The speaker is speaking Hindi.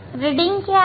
रीडिंग क्या है